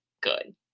good